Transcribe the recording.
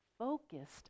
Focused